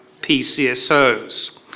PCSOs